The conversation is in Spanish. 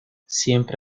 siempre